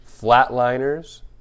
Flatliners